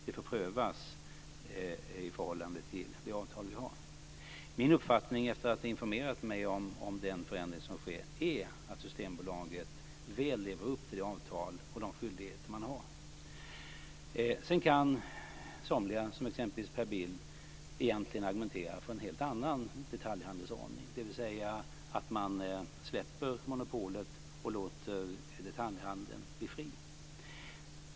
Det får prövas i förhållande till det avtal vi har. Min uppfattning efter att ha informerat mig om den förändring som sker är att Systembolaget väl lever upp till det avtal och de skyldigheter det har. Sedan kan somliga, som exempelvis Per Bill, egentligen argumentera för en annan detaljhandelsordning, dvs. att man släpper monopolet och låter detaljhandeln bli fri.